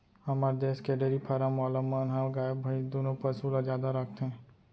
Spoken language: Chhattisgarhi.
हमर देस के डेरी फारम वाला मन ह गाय भईंस दुनों पसु ल जादा राखथें